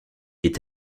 est